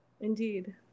Indeed